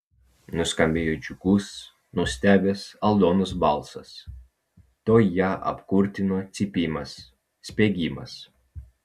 nuskambėjo džiugus nustebęs aldonos balsas tuoj ją apkurtino cypimas spiegimas